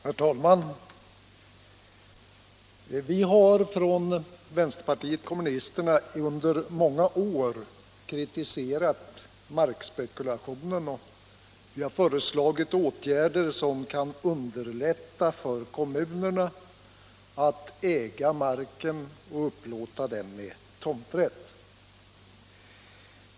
Herr talman! Vi har från vänsterpartiet kommunisterna under många år kritiserat markspekulationen och föreslagit åtgärder som kan underlätta för kommunerna att äga marken och upplåta den med tomträtt.